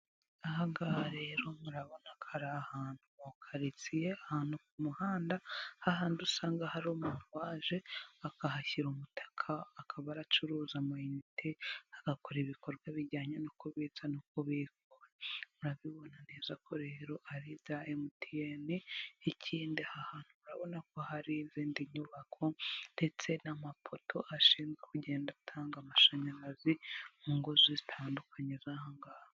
Aha ngaha rero murabona ko ari ahantu mu karitsiye, ahantu ku muhanda, hahandi usanga hari umuntu waje akahashyira umutaka, akaba aracuruza ama inite, agakora ibikorwa bijyanye no kubitsa no kubikura. Murabibona neza ko rero ari ibya Emutiyene, ikindi hantu murabona ko hari izindi nyubako ndetse n'amapoto ashinzwe kugenda atanga amashanyarazi, mu ngo zitandukanye z'aha ngaha.